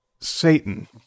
Satan